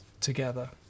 together